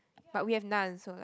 but we have none so like